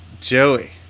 Joey